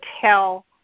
tell